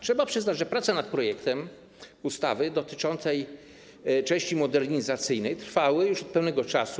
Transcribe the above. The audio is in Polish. Trzeba przyznać, że prace nad projektem ustawy dotyczące części modernizacyjnej trwały już od pewnego czasu.